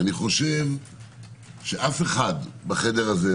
אף אחד בחדר הזה,